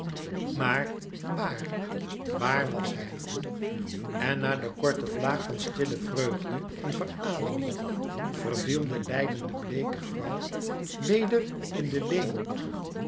maar waar waar was hij en na de korte vlaag van stille vreugde en verademing verviel de lijdende bleeke vrouwe weder in den weemoed